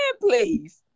please